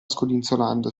scodinzolando